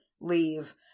leave